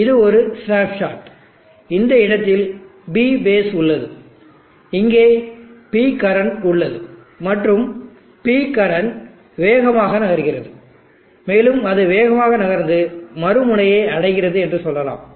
இது ஒரு ஸ்னாப்ஷாட் இந்த இடத்தில் P பேஸ் உள்ளது இங்கே P கரண்ட் உள்ளது மற்றும் P கரண்ட் வேகமாக நகர்கிறது மேலும் அது வேகமாக நகர்ந்து மறுமுனையை அடைகிறது என்று சொல்லலாம்